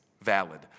valid